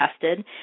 tested